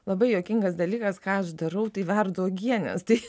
labai juokingas dalykas ką aš darau tai verdu uogienes tai